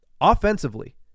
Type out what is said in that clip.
Offensively